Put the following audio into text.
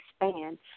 expand